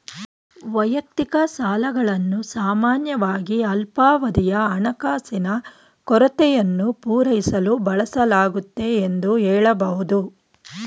ವೈಯಕ್ತಿಕ ಸಾಲಗಳನ್ನು ಸಾಮಾನ್ಯವಾಗಿ ಅಲ್ಪಾವಧಿಯ ಹಣಕಾಸಿನ ಕೊರತೆಯನ್ನು ಪೂರೈಸಲು ಬಳಸಲಾಗುತ್ತೆ ಎಂದು ಹೇಳಬಹುದು